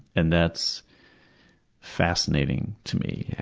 and that's fascinating to me.